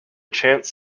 chance